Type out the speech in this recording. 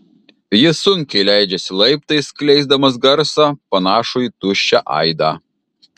jis sunkiai leidžiasi laiptais skleisdamas garsą panašų į tuščią aidą